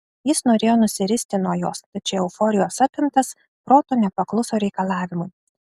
jis norėjo nusiristi nuo jos tačiau euforijos apimtas protas nepakluso reikalavimui